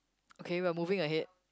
okay we are moving ahead